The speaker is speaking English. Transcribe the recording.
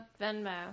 Venmo